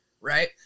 right